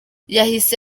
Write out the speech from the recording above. yahise